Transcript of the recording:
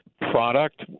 product